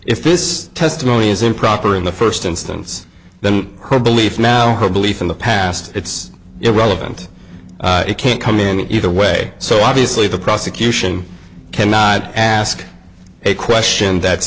this testimony is improper in the first instance then her belief now her belief in the past it's irrelevant it can't come in either way so obviously the prosecution cannot ask a question that's